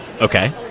Okay